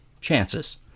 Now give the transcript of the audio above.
chances